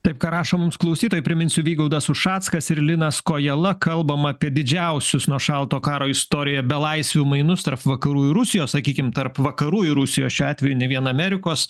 taip ką rašo mums klausytojai priminsiu vygaudas ušackas ir linas kojala kalbam apie didžiausius nuo šalto karo istorijoje belaisvių mainus tarp vakarų ir rusijos sakykim tarp vakarų ir rusijos šiuo atveju nė viena amerikos